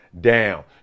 down